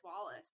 wallace